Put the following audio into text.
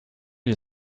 you